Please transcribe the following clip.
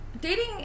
dating